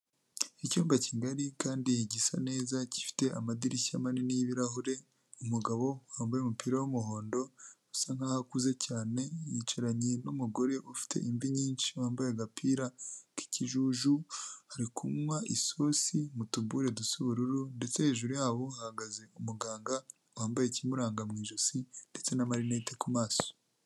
Icyumba kigari kandi gisa neza gifite amadirishya manini y'ibirahure, umugabo wambaye umupira w'umuhondo usa nk'aho akuze cyane yicaranye n'umugore ufite imvi nyinshi wambaye agapira k'ikijuju, ari kunywa isosi mu tubure dusa ubururu ndetse hejuru yabo hahagaze umuganga wambaye ikimuranga mu ijosi ndetse n'amarinete ku maso.